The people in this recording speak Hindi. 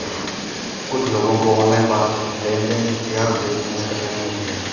कुछ लोगों को ऑनलाइन पासबुक लेनदेन इतिहास देखने में कठिनाई होती हैं